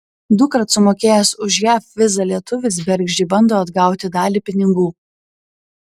dukart sumokėjęs už jav vizą lietuvis bergždžiai bando atgauti dalį pinigų